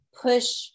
push